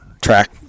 track